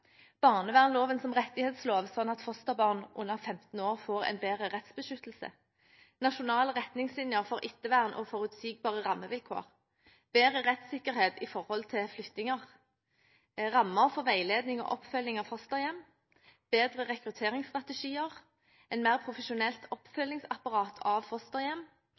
barnevernloven som rettighetslov, slik at fosterbarn under 15 år får en bedre rettsbeskyttelse nasjonale retningslinjer for ettervern og forutsigbare rammevilkår bedre rettssikkerhet med hensyn til flyttinger rammer for veiledning og oppfølging av fosterhjem bedre rekrutteringsstrategier et mer profesjonelt oppfølgingsapparat av fosterhjem